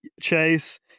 chase